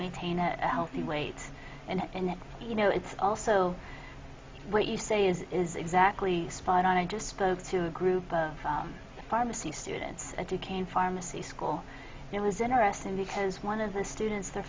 maintain a healthy weight and you know it's also what you say is is exactly spot on i just spoke to a group of pharmacy students as you can pharmacy school it was interesting because one of the students their